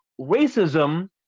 Racism